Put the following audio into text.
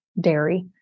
dairy